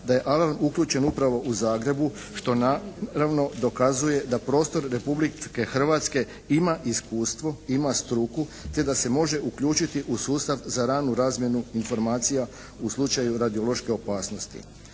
da je alarm uključen upravo u Zagrebu što naravno dokazuje da prostor Republike Hrvatske ima iskustvo, ima struku, te da se može uključiti u sustav za ranu razmjenu informacija u slučaju radiološke opasnosti.